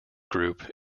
group